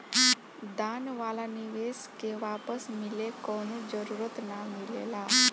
दान वाला निवेश के वापस मिले कवनो जरूरत ना मिलेला